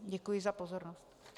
Děkuji za pozornost.